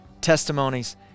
testimonies